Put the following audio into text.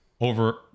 over